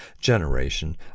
generation